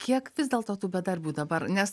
kiek vis dėlto tų bedarbių dabar nes